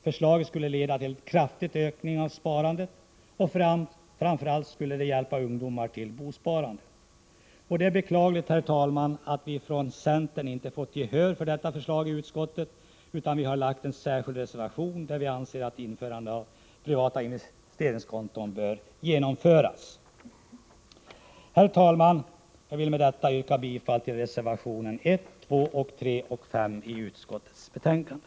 Förslaget skulle leda till en kraftig ökning av sparandet. Framför allt skulle det hjälpa ungdomar att bospara. Herr talman! Det är beklagligt att vi från centern inte fått gehör för detta förslag i utskottet. Av den anledningen har vi avgett en särskild reservation, där vi föreslår att ett införande av privata investeringskonton bör genomföras. Herr talman! Med det anförda yrkar jag bifall till reservationerna 1, 2,3 och 5 i utskottsbetänkandet.